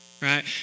right